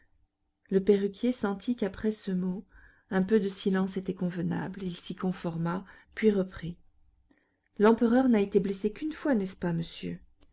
le perruquier sentit qu'après ce mot un peu de silence était convenable il s'y conforma puis reprit l'empereur n'a été blessé qu'une fois n'est-ce pas monsieur